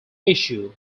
issue